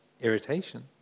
irritation